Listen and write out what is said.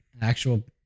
actual